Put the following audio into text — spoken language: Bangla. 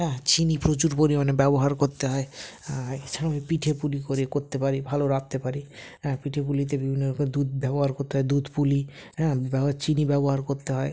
হ্যাঁ চিনি প্রচুর পরিমাণে ব্যবহার করতে হয় এছাড়াও পিঠে পুলি করে করতে পারি ভালো রাঁধতে পারি পিঠে পুলিতে বিভিন্ন রকম দুধ ব্যবহার করতে হয় দুধ পুলি হ্যাঁ চিনি ব্যবহার করতে হয়